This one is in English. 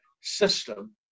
system